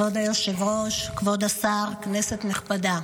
כבוד היושב-ראש, כבוד השר, כנסת נכבדה,